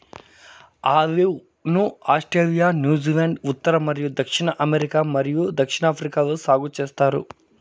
olive ను Australia, New Zealand, ఉత్తర మరియు దక్షిణ అమెరికా మరియు దక్షిణాఫ్రికాలో సాగు చేస్తారు